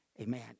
Amen